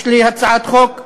יש לי הצעת חוק,